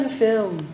film